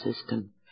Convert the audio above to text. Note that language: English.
system